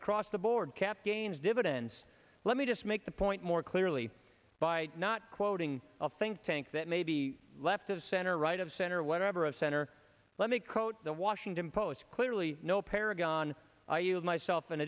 across the board cap gains dividends let me just make the point more clearly by not quoting a think tank that may be left of center right of center or whatever of center let me quote the washington post clearly no paragon i use myself an